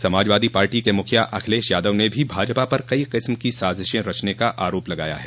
समाजवादी पार्टी के मुखिया अखिलेश यादव ने भी भाजपा पर कई किस्म की साजिशें रचने का इल्जाम लगाया है